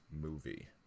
movie